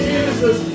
Jesus